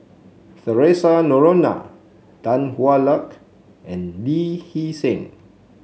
Theresa Noronha Tan Hwa Luck and Lee Hee Seng